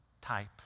type